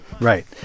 Right